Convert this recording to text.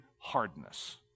hardness